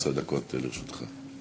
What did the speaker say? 11 דקות לרשותך.